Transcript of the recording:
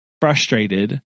frustrated